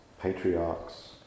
patriarchs